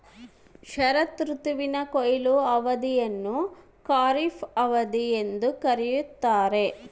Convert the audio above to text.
ಶರತ್ ಋತುವಿನ ಕೊಯ್ಲು ಅವಧಿಯನ್ನು ಖಾರಿಫ್ ಅವಧಿ ಎಂದು ಕರೆಯುತ್ತಾರೆ